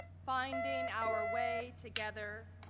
finding our way together,